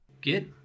Get